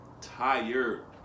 Tired